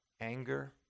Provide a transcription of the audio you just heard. Anger